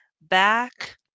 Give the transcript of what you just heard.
back